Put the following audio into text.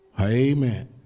Amen